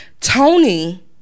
Tony